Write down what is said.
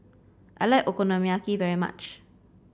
I like Okonomiyaki very much